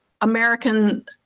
American